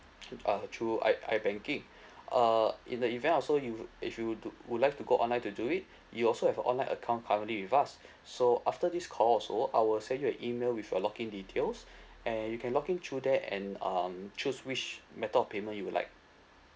uh through I I banking uh in the event also you if you do would like to go online to do it you also have a online account currently with us so after this call also I will send you an email with a log in details and you can log in through there and um choose which method of payment you would like